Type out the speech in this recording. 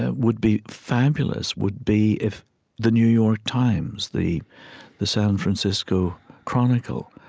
ah would be fabulous would be if the new york times, the the san francisco chronicle,